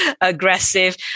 aggressive